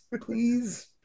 please